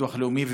לביטוח לאומי.